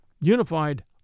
unified